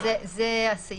זה הסעיף.